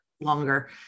longer